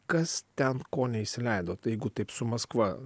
kas ten ko neįsileido tai jeigu taip su maskva